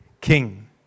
king